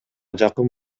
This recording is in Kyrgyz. жакын